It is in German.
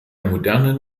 modernen